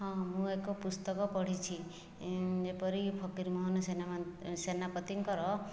ହଁ ମୁଁ ଏକ ପୁସ୍ତକ ପଢ଼ିଛି ଯେପରି ଫକିରମୋହନ ସେନାପତିଙ୍କର